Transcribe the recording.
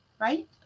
right